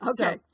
Okay